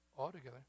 altogether